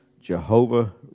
Jehovah